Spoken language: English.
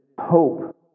hope